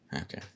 Okay